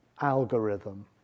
algorithm